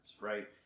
right